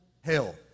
hell